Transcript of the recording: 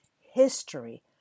history